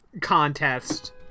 Contest